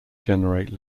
generate